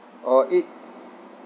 uh eight